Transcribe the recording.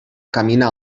caminar